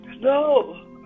no